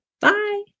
Bye